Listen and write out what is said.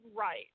right